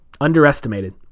Underestimated